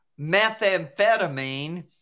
methamphetamine